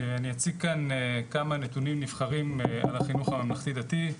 אני אציג כאן כמה נתונים נבחרים על החינוך הממלכתי דתי,